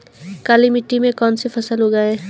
काली मिट्टी में कौन सी फसल लगाएँ?